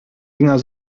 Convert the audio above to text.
dinger